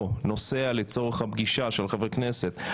או נוסע לצורך הפגישה של חבר כנסת,